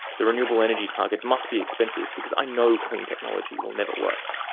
the renewable energy target must be expensive, because i know clean technology will never work.